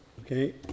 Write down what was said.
Okay